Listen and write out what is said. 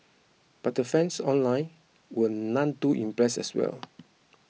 but the fans online were none too impressed as well